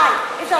די.